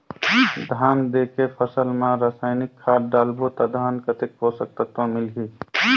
धान देंके फसल मा रसायनिक खाद डालबो ता धान कतेक पोषक तत्व मिलही?